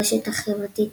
ברשת החברתית